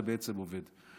זה בעצם עובד.